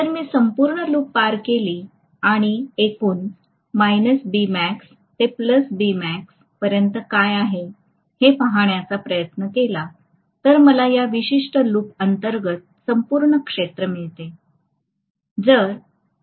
जर मी संपूर्ण लूप पार केली आणि एकूण ते पर्यंत काय आहे हे पाहण्याचा प्रयत्न केला तर मला या विशिष्ट लूप अंतर्गत संपूर्ण क्षेत्र मिळेल